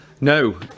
no